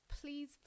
please